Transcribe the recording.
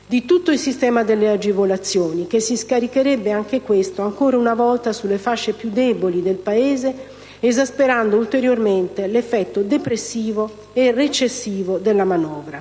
di tutto il sistema delle agevolazioni, che si scaricherebbe anche questo ancora una volta sulle fasce più deboli del Paese, esasperando ulteriormente l'effetto depressivo e recessivo della manovra.